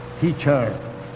teacher